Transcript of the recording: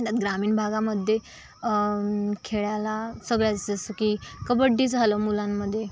त्यात ग्रामीण भागामध्ये खेळायला सगळं असतं जसं की कबड्डी झालं मुलांमध्ये